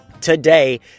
today